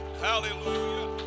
Hallelujah